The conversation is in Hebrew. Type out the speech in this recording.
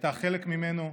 הייתה חלק ממנו,